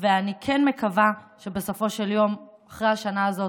ואני כן מקווה שבסופו של יום, אחרי השנה הזאת,